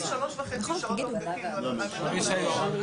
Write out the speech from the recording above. הרישיון.